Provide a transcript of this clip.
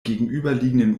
gegenüberliegenden